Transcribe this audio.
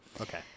okay